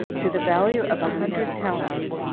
to the value of a hundred talents.